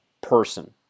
person